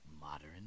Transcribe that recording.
Modern